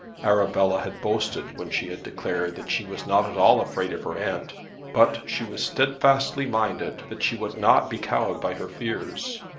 arabella had boasted when she had declared that she was not at all afraid of her aunt but she was steadfastly minded that she would not be cowed by her fears.